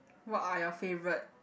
what are your favourite